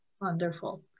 Wonderful